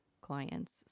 clients